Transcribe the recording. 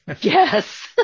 Yes